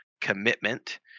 commitment